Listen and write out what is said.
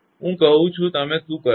હું કહું છું હવે તમે શું કરશો